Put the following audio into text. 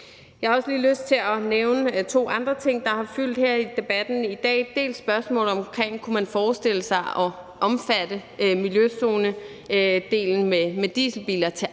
Jeg har også lige lyst til at nævne to andre ting, der har fyldt her i debatten i dag. Først er der spørgsmålet, om man kunne forestille sig at lade miljøzonedelen for dieselbiler omfatte andre